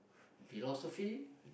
philosophy